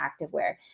activewear